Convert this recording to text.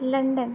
London